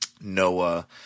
Noah